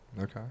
Okay